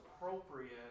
appropriate